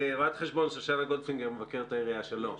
שושנה גולדפינגר, מבקרת עיריית בני ברק,